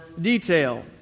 detail